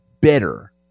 better